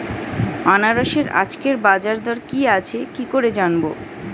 আনারসের আজকের বাজার দর কি আছে কি করে জানবো?